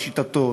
לשיטתו,